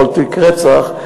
כל תיק רצח,